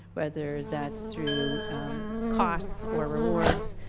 whether that's through costs or rewards,